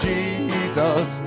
Jesus